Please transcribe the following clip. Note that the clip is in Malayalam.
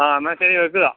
ആ എന്നാൽ ശരി വെക്കുവാ